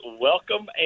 welcome